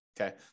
Okay